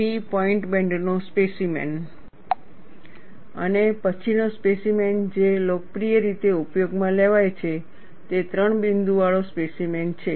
three point બેન્ડનો specimen અને પછીનો સ્પેસીમેન જે લોકપ્રિય રીતે ઉપયોગમાં લેવાય છે તે ત્રણ બિંદુ વાળો સ્પેસીમેન છે